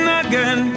again